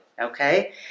okay